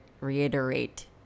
reiterate